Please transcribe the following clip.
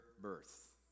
birth